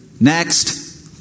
Next